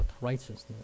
righteousness